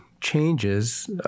changes